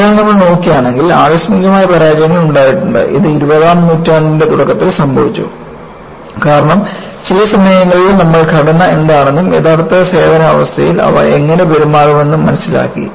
അതിനാൽ നമ്മൾ നോക്കുകയാണെങ്കിൽ ആകസ്മികമായ പരാജയങ്ങൾ ഉണ്ടായിട്ടുണ്ട് അത് ഇരുപതാം നൂറ്റാണ്ടിന്റെ തുടക്കത്തിൽ സംഭവിച്ചു കാരണം ചില സമയങ്ങളിൽ നമ്മൾ ഘടന എന്താണെന്നും യഥാർത്ഥ പ്രവർത്തന അവസ്ഥയിൽ അവ എങ്ങനെ പെരുമാറുമെന്നും മനസ്സിലാക്കി